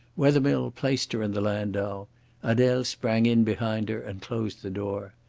wethermill placed her in the landau adele sprang in behind her and closed the door.